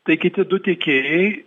tai kiti du tiekėjai